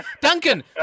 Duncan